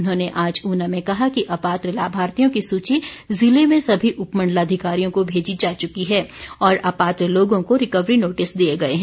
उन्होंने आज ऊना में कहा कि अपात्र लाभार्थियों की सूची ज़िले में सभी उपमंडलाधिकारियों को भेजी जा चुकी है और अपात्र लोगों को रिकवरी नोटिस दिए गए हैं